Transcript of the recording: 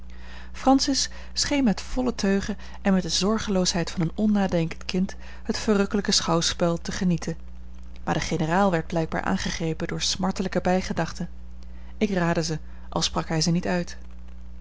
francis scheen met volle teugen en met de zorgeloosheid van een onnadenkend kind het verrukkelijke schouwspel te genieten maar de generaal werd blijkbaar aangegrepen door smartelijke bijgedachten ik raadde ze al sprak hij ze niet uit